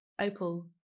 opal